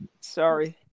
sorry